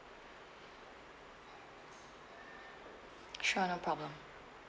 sure no problem